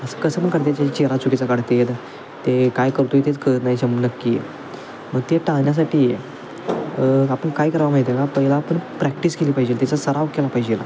असं कसं पण कढतात त्याचा चेहराच चुकीचा काढतात ते काय करतो आहे तेच कळत नाही शम नक्की मग ते टाळण्यासाठी आपण काय करावं माहिती आहे का पहिला आपण प्रॅक्टिस केली पाहिजेल त्याचा सराव केला पाहिजेल